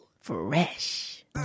Fresh